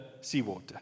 seawater